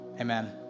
Amen